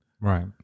Right